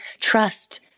trust